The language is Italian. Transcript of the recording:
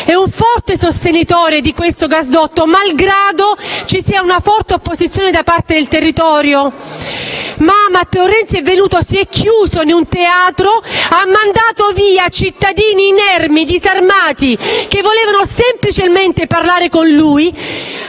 è un forte sostenitore di questo gasdotto, malgrado vi sia una forte opposizione da parte del territorio. Ma Matteo Renzi si è chiuso in un teatro, ha mandato via cittadini inermi e disarmati che volevano semplicemente parlare con lui,